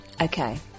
Okay